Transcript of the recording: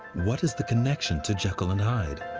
what is the connection to jekyll and hyde?